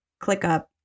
ClickUp